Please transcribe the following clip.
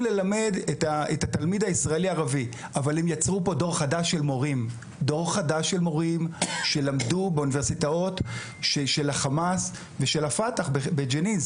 פה דור חדש של מורים שלמדו באוניברסיטאות של החמאס ושל הפת"ח בג'נין,